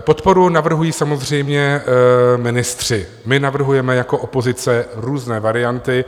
Podporu navrhují samozřejmě ministři, my navrhujeme jako opozice různé varianty.